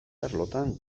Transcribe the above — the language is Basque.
arlotan